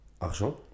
Argent